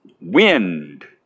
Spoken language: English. wind